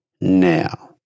now